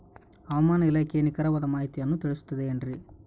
ಹವಮಾನ ಇಲಾಖೆಯ ನಿಖರವಾದ ಮಾಹಿತಿಯನ್ನ ತಿಳಿಸುತ್ತದೆ ಎನ್ರಿ?